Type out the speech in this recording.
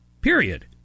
Period